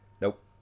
nope